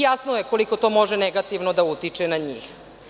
Jasno je koliko to može negativno da utiče na njih.